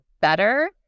better